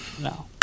No